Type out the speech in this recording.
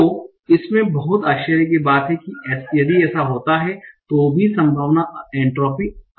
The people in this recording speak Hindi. तो इसमें बहुत आश्चर्य की बात है कि यदि ऐसा होता है तो भी संभावना एंट्रॉपी अधिक है